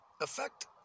effect